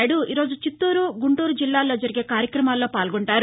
నాయుడు ఈరోజు చిత్తూరు గుంటూరు జిల్లాల్లో జరిగే కార్యకమాల్లో పాల్గొంటున్నారు